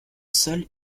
seul